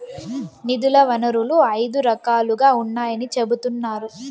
నిధుల వనరులు ఐదు రకాలుగా ఉన్నాయని చెబుతున్నారు